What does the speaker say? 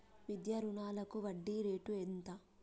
విద్యా రుణాలకు వడ్డీ రేటు ఎంత?